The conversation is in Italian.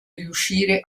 riuscire